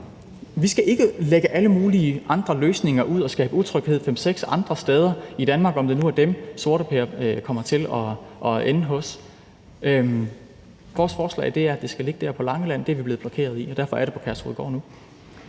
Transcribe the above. Vi skal ikke lægge alle mulige andre løsninger ud og skabe utryghed fem-seks andre steder i Danmark om, hvorvidt det nu er dem, der kommer til at sidde med sorteper. Vores forslag er, at det skal ligge på Langeland. Det er vi blevet blokeret i. Derfor er det på Kærshovedgård nu.